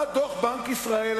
בא דוח בנק ישראל,